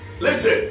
Listen